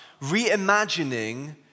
reimagining